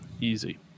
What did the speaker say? Easy